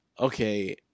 Okay